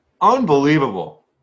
Unbelievable